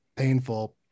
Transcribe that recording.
painful